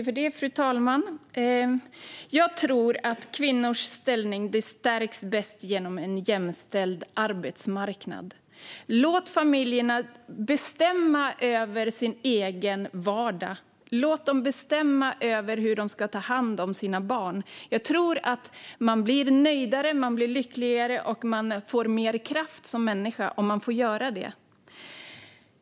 Fru talman! Jag tror att kvinnors ställning bäst stärks genom en jämställd arbetsmarknad. Låt familjerna bestämma över den egna vardagen! Låt dem bestämma över hur de ska ta hand om sina barn! Jag tror att man blir nöjdare, lyckligare och får mer kraft som människa om man får göra det.